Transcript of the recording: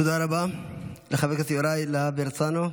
תודה רבה לחבר הכנסת יוראי להב הרצנו.